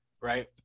right